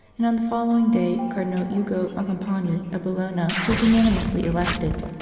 and on the following day cardinal ugo boncompagni of bologna was unanimously elected.